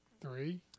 Three